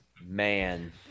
Man